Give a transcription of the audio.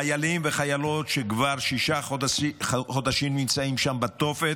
אלה חיילים וחיילות שכבר שישה חודשים נמצאים שם בתופת,